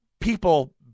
people